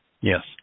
Yes